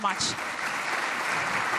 (מחיאות כפיים)